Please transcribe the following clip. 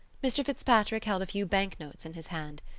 mr. fitzpatrick held a few banknotes in his hand.